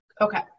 Okay